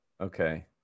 okay